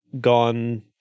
gone